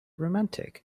romantic